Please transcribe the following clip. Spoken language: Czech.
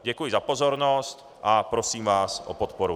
Děkuji za pozornost a prosím vás o podporu.